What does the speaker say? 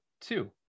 two